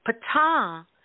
Pata